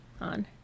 on